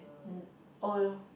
no oh